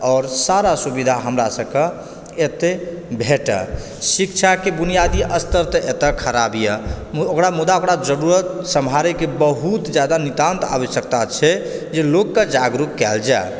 आओर सारा सुविधा हमरा सभकेँ एतए भेटेै शिक्षाके बुनियादी स्तर तऽ एतऽ खराब यऽ मुदा ओकरा मुदा ओकरा जरूरत सम्हारैके बहुत जादा नितान्त आवश्यकता छै जँ लोककेँ जागरूक कैल जाए